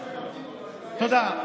תודה.